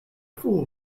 fool